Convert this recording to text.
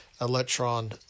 electron